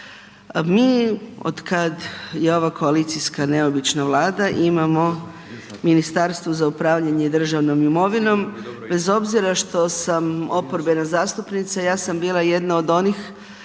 Mi otkad je ova koalicijska neobična Vlada imamo Ministarstvo za upravljanje državnom imovinom bez obzira što sam oporbena zastupnica ja sam bila i jedna od onih